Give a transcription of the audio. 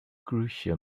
crucial